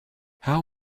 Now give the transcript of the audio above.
how